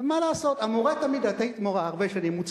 אבל מה לעשות, את היית מורה הרבה שנים, מוצלחת,